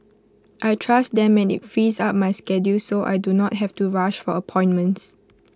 I trust them and IT frees up my schedule so I do not have to rush for appointments